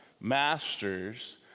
masters